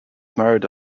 married